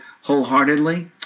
wholeheartedly